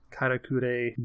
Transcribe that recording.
karakure